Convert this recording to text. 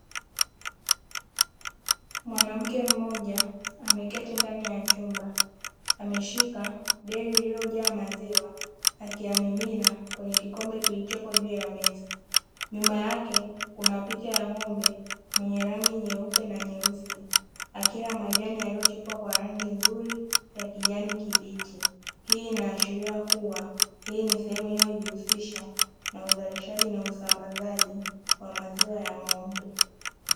Mwanamke mmoja ameketi ndani ya chumba, ameshika deli lililojaa maziwa akiyamimina kwenye kikombe kilichopo juu ya meza. Nyuma yake kuna picha ya ng'ombe mwenye rangi nyeupe na nyeusi; akila majani yaliyochipuka kwa rangi nzuri ya kijani kibichi. Hii inaashiria kuwa, hii ni sehemu inayojihusisha na uzalishaji na usambazaji wa maziwa ya ng'ombe.